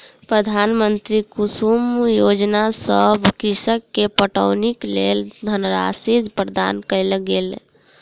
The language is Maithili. प्रधानमंत्री कुसुम योजना सॅ कृषक के पटौनीक लेल धनराशि प्रदान कयल गेल